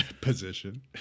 Position